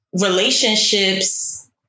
relationships